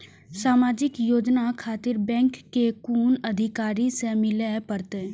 समाजिक योजना खातिर बैंक के कुन अधिकारी स मिले परतें?